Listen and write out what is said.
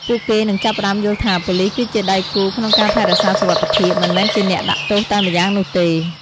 ពួកគេនឹងចាប់ផ្តើមយល់ថា ប៉ូលិសគឺជាដៃគូក្នុងការថែរក្សាសុវត្ថិភាព មិនមែនជាអ្នកដាក់ទោសតែម្យ៉ាងនោះទេ។